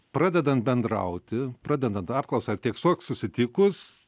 pradedant bendrauti pradedant apklausą ar tiesiog susitikus